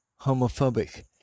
homophobic